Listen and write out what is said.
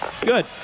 Good